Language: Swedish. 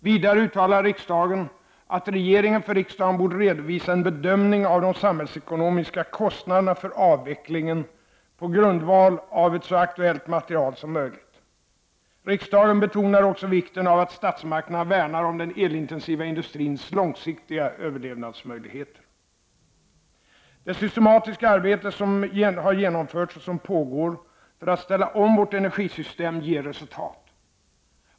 Vidare uttalade riksdagen att regeringen för riksdagen borde redovisa en bedömning av de samhällsekonomiska kostnaderna för avvecklingen på grundval av ett så aktuellt material som möjligt. Riksdagen betonade också vikten av att statsmakterna värnar om den elintensiva industrins långsiktiga överlevnadsmöjligheter. Det systematiska arbete som har genomförts och som pågår för att ställa om vårt energisystem ger resultat.